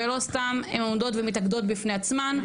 ולא סתם הן עומדות ומתאגדות בפני עצמן,